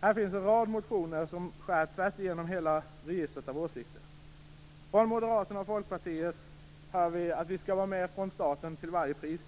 Här finns en rad motioner, som skär tvärs igenom hela registret av åsikter. Moderaterna och Folkpartiet säger att vi skall vara med från starten till varje pris.